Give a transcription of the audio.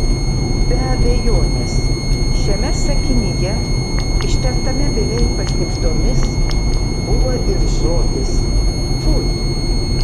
be abejonės šiame sakinyje ištartame beveik pašnibždomis buvo ir žodis fui